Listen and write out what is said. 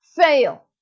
Fail